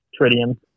tritium